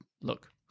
Look